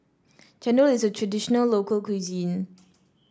chendol is a traditional local cuisine